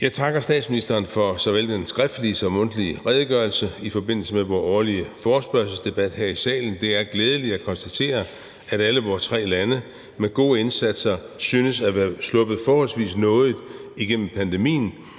Jeg takker statsministeren for såvel den skriftlige som den mundtlige redegørelse i forbindelse med vor årlige forespørgselsdebat her i salen. Det er glædeligt at konstatere, at alle vore tre lande med gode indsatser synes at være sluppet forholdsvis nådigt igennem pandemien,